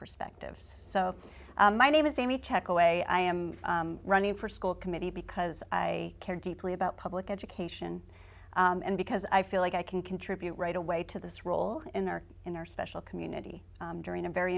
perspectives so my name is amy check away i am running for school committee because i care deeply about public education and because i feel like i can contribute right away to this role in our in our special community during a very